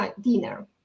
Dinner